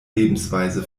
lebensweise